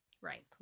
right